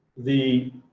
the,